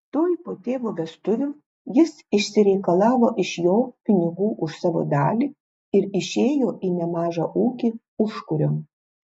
tuoj po tėvo vestuvių jis išsireikalavo iš jo pinigų už savo dalį ir išėjo į nemažą ūkį užkuriom